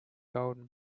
golden